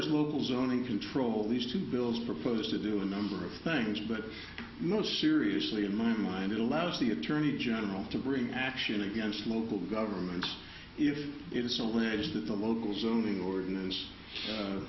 local zoning control these two bills proposed to do a number of things but no seriously in my mind it allows the attorney general to bring action against local governments if it is so limited that the local zoning ordinance